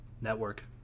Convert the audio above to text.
Network